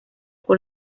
con